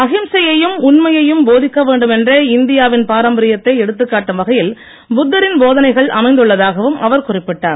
அகிம்சையையும் உண்மையையும் வேண்டும் என்ற இந்தியாவின் போகிக்க பாரம்பரியத்தை எடுத்துக்காட்டும் வகையில் புத்தரின் போதனைகள் அமைந்துள்ளதாகவும் அவர் குறிப்பிட்டார்